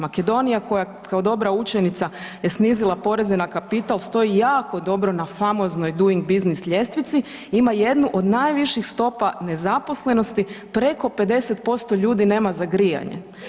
Makedonija koja kao dobra učenica je snizila poreze na kapital što je jako dobro na famoznoj Doing Business ljestvici, ima jednu od najviši stopa nezaposlenosti, preko 50% ljudi nema za grijanje.